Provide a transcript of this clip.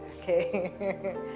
Okay